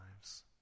lives